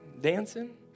dancing